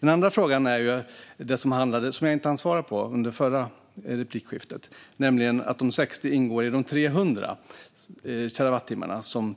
Den andra frågan, som jag inte hann svara på i min förra replik, handlade om att de 60 terawattimmarna ingår i de 300 som